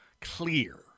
clear